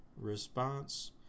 response